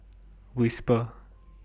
whisper